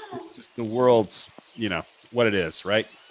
it's just the world's you know what it is, right?